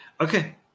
Okay